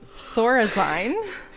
Thorazine